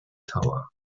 tower